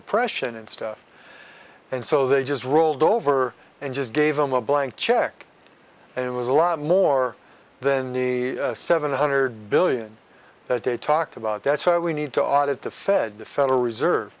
oppression and stuff and so they just rolled over and just gave them a blank check and it was a lot more than the seven hundred billion that they talked about that's why we need to audit the fed the federal reserve